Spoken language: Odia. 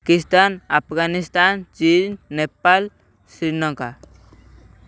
ପାକିସ୍ତାନ ଆଫଗାନିସ୍ତାନ ଚୀନ ନେପାଲ ଶ୍ରୀଲଙ୍କା